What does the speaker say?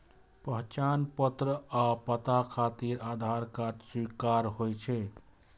पहचान पत्र आ पता खातिर आधार कार्ड स्वीकार्य होइ छै